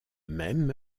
même